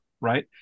right